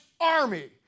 Army